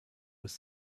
was